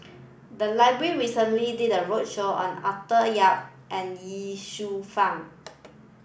the library recently did a roadshow on Arthur Yap and Ye Shufang